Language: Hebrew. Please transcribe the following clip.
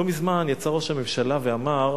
לא מזמן יצא ראש הממשלה ואמר,